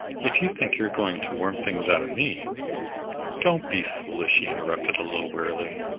if you think you're going to worm things out of me don't be foolish, he interrupted, a little wearily.